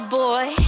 boy